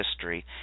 history